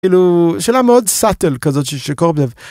כאילו של המוד סאטל כזאת שקוראים לזה.